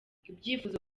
ibyifuzo